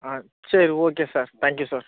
ஆ சரி okay sir thank you sir